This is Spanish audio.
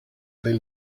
del